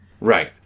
Right